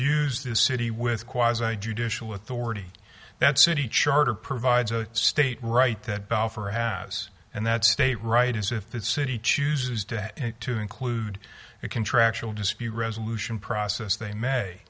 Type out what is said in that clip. ce the city with judicial authority that city charter provides a state right that balfour has and that state right is if the city chooses to include a contractual dispute resolution process they may